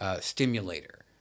Stimulator